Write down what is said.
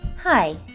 Hi